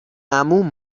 عموم